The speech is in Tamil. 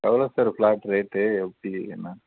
எவ்வளோ சார் ஃபிளாட் ரேட்டு எப்படி என்ன